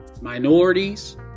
minorities